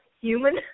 human